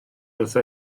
wrtha